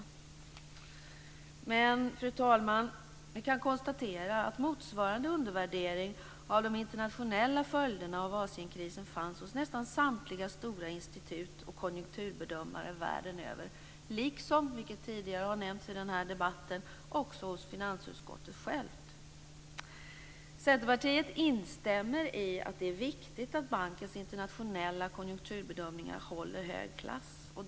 Men, fru talman, vi kan konstatera att motsvarande undervärdering av de internationella följderna av Asienkrisen gjordes av nästan samtliga stora institut och konjunkturbedömare världen över liksom, vilket tidigare har nämnts i den här debatten, också av finansutskottet självt. Centerpartiet instämmer i att det är viktigt att bankens internationella konjunkturbedömningar håller hög klass.